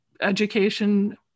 education